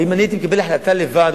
הרי אם הייתי מקבל החלטה לבד,